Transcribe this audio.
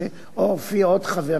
אוה, הופיע עוד חבר כנסת.